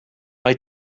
mae